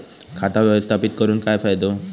खाता व्यवस्थापित करून काय फायदो?